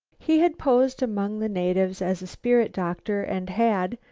he had posed among the natives as a spirit-doctor and had,